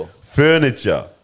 Furniture